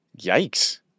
Yikes